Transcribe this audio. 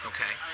Okay